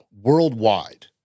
worldwide